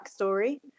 backstory